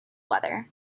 weather